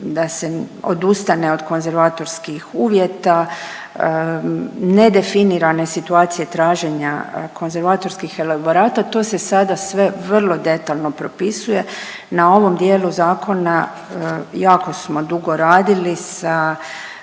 da se odustane od konzervatorskih uvjeta, nedefinirane situacije traženja konzervatorskih elaborata, to se sada sve vrlo detaljno propisuje. Na ovom dijelu zakona jako smo dugo radili sa